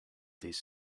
these